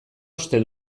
uste